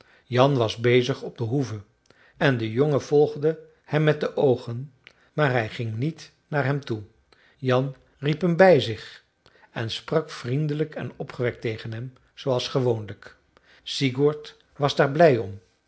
jan was bezig op de hoeve en de jongen volgde hem met de oogen maar hij ging niet naar hem toe jan riep hem bij zich en sprak vriendelijk en opgewekt tegen hem zooals gewoonlijk sigurd was daar blij om